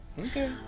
Okay